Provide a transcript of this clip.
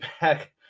back